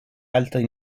altri